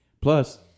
Plus